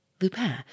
Lupin